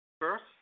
First